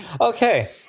Okay